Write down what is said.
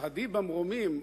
שהדי במרומים,